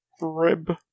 Rib